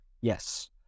Yes